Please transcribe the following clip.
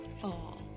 fall